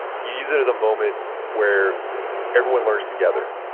you use it as a moment where everyone learns together.